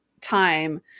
time